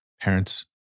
parents